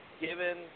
given